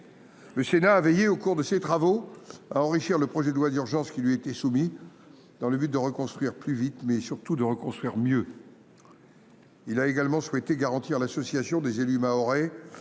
Le Sénat a veillé, au cours de ses travaux, à enrichir le projet de loi d’urgence qui lui était soumis en vue non seulement de reconstruire plus vite, mais aussi et surtout de reconstruire mieux. Il a également souhaité garantir l’association des élus mahorais